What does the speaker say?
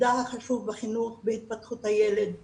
תפקידה החשוב בחינוך ובהתפתחות הילד והילדה.